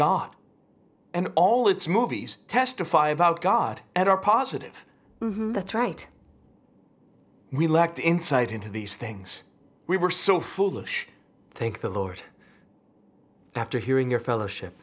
god and all its movies testify about god at our positive that's right we lacked insight into these things we were so foolish thank the lord after hearing your fellowship